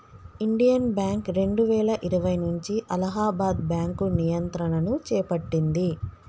Indian Bank రెండువేల ఇరవై నుంచి అలహాబాద్ బ్యాంకు నియంత్రణను చేపట్టింది